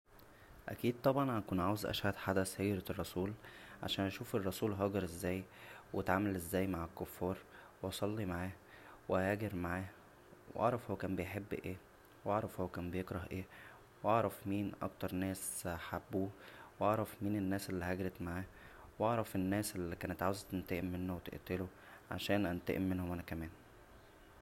اكيد طبعا هكون عاوز اشهد حدث هجرة الرسول عشان اشوف الرسول هاجر ازاى و اتعامل ازاى مع الكفار و اصلى معاه و اهاجر معاه و اعرف هو كان بيحب ايه و اعرف هو كان بيكره ايه و اعرف مين اكتر ناس حبوه و اعرف مين الناس اللى هاجرت معاه و اعرف الناس اللى كانت عاوزه تنتقم منه و تقتله عشان انتقم منهم انا كمان